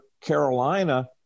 Carolina